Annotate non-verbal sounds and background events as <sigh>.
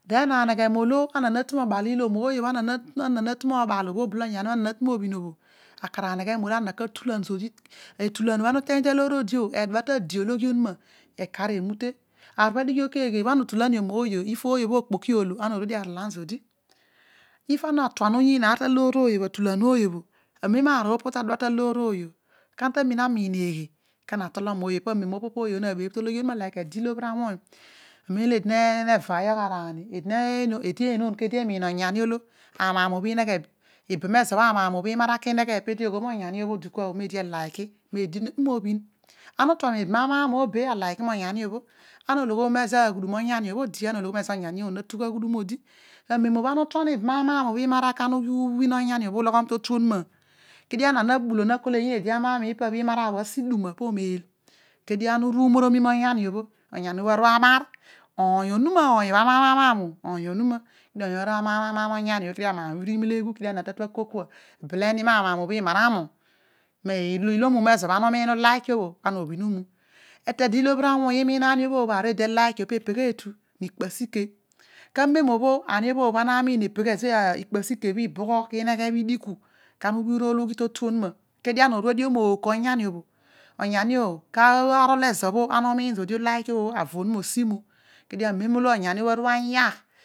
Den aneghe molo ooy olo natu mobalilom, ooy bho onyan bho ana natu mobhin oh akar aneghe molo ana lea tulan zodi etulan bho ana teeny taloor odi bho adua tade ologhia onuma okar emute aar bho adighi keghe ibhan a otulan io mooy bho ooy bho ikpoki ilo ana orue dio orolan zodi if ana atuan oyiin aar toloor ooy bho, amen aor pobho tadua ta loor ooy bho leana tarina miin eghe kana tolom ooy bho leanem opobho rooy oblo mabeebh to loghi onuma, like ede ilobhir owany amen eedi nevaay ogz araani eedi enon keedi emiin onyani olog amaam bho inoghe, emera kineghe needi oghol onyani bho bho eedi elik: moed: netu mabhin ana utuan ebum amaam be alidei monyan: bho ana ologhomio mizo aghudum anyani: bho odi mezo onyani bho na tugh aghudun odi amen obho ana utuan ebum amaam bho emora kana ughin ubhin onyan: bho uloghom to lu onuma bho kedio ana na bulo nakoh oyinn odi amaam ipa bho emara asi duna po omlel, leedio ana uru nori nui monyani bho <hesitation> urool ughi to tu onama ona orue dio mooko onyana bho, onyani bho karol ozo b ana umiin zodi uziki bho avo onuma osi mu den amam ongani: bho aru anyak